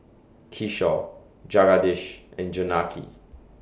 Kishore Jagadish and Janaki